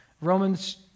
Romans